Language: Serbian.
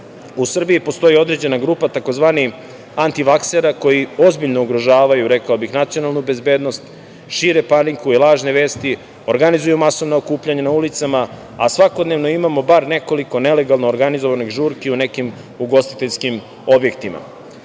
u Srbiji postoji određena grupa tzv. antivaksera koji ozbiljno ugrožavaju, rekao bih, nacionalnu bezbednost, šire paniku i lažne vesti, organizuju masovna okupljanja na ulicama, a svakodnevno imamo bar nekoliko nelegalno organizovanih žurki u nekim ugostiteljskim objektima.